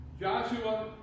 Joshua